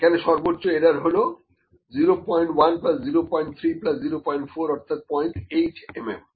এখানে সর্বোচ্চ এরার হলো 01 প্লাস 03 প্লাস 04 অর্থাৎ 08 mm